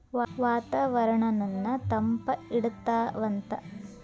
ವಾತಾವರಣನ್ನ ತಂಪ ಇಡತಾವಂತ